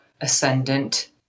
ascendant